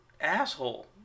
asshole